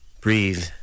breathe